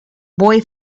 boy